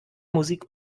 musik